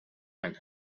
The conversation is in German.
ein